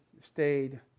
stayed